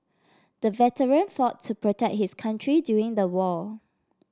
the veteran fought to protect his country during the war